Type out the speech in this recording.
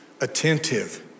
attentive